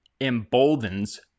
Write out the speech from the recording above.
emboldens